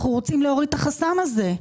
אנחנו רוצים להוריד את החסם הזה.